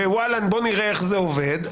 ונראה איך זה עובד,